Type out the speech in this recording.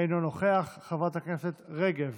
אינו נוכח, חברת הכנסת רגב,